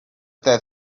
that